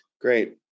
Great